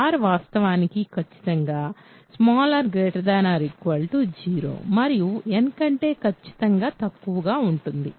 r వాస్తవానికి ఖచ్చితంగా r 0 మరియు n కంటే ఖచ్చితంగా తక్కువగా ఉంటుంది